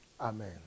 Amen